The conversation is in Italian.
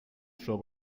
suo